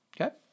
Okay